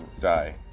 die